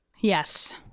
Yes